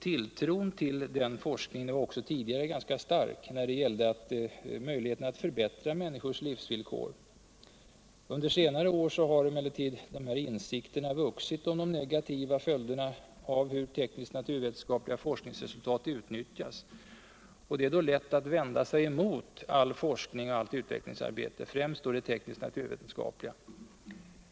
Tilltron till denna forskning var också tidigare stark när det gällde möjligheterna att förbättra människors villkor. Under senare år har emellertid insikterna vuxit om de negativa följderna av hur tekniskt-naturvetenskapliga forskningsresultat utnyttjats. Det är lätt att då vända sig emot all forskning och allt utvecklingsarbete, främst då det tekniskt-naturvetenskapliga.